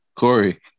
Corey